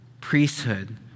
priesthood